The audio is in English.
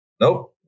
Nope